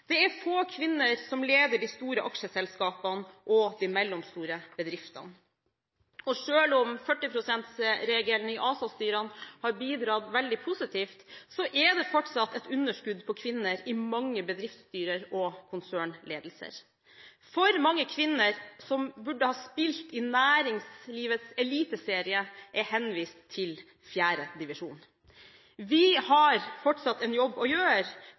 Det er få kvinner som leder de store aksjeselskapene og de mellomstore bedriftene, og selv om 40 pst.-regelen i ASA-styrene har bidratt veldig positivt, er det fortsatt et underskudd på kvinner i mange bedriftsstyrer og konsernledelser. For mange kvinner som burde ha spilt i næringslivets eliteserie, er henvist til fjerde divisjon. Vi har fortsatt en jobb å gjøre